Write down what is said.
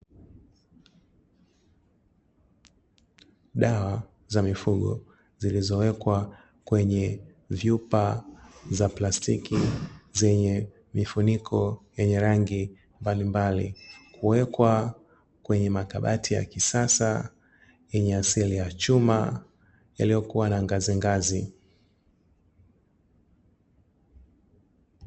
Dawa za mifugo zilizowekwa kwenye vyupa za plastiki zenye mifuniko yenye rangi mbalimbali kuwekwa kwenye makabati ya kisasa yenye asili ya chuma yaliyokuwa na ngazi ngazi.